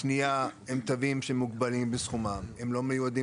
קנייה הם תווים שמוגבלים בסכומם; הם לא מיועדים